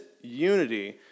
unity